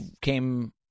came